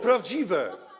Prawdziwe.